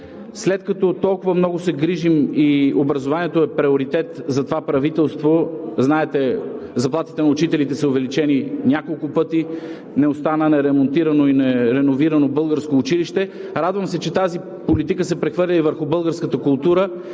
След като толкова много се грижим и образованието е приоритет за това правителство – знаете, заплатите на учителите са увеличени няколко пъти, не остана неремонтирано и нереновирано българско училище – се радвам, че тази политика се прехвърля и върху българската култура.